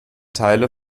teile